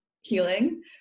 healing